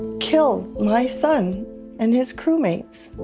killed my son and his crew mates.